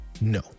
no